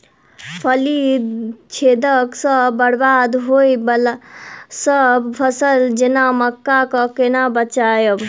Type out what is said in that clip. फली छेदक सँ बरबाद होबय वलासभ फसल जेना मक्का कऽ केना बचयब?